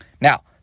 Now